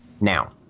Now